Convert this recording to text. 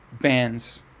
bands